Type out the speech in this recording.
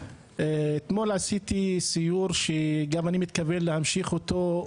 אתמול הייתי בסיור שאני גם מתכוון להמשיך אותו.